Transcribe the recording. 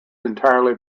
entirely